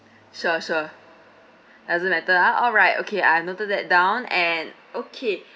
sure sure doesn't matter ah alright okay I noted that down and okay